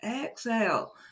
exhale